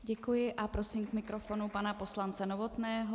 Děkuji a prosím k mikrofonu pana poslance Novotného.